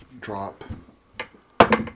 Drop